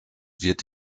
wird